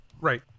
right